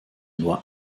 nur